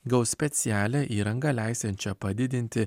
gaus specialią įrangą leisiančią padidinti